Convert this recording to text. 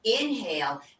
inhale